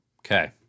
Okay